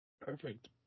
Perfect